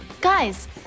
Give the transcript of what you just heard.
Guys